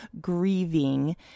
grieving